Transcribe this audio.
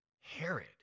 Herod